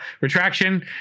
retraction